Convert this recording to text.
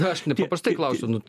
aš nepaprastai klausiu nu